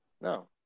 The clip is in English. no